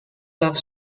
love